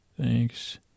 thanks